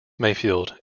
mayfield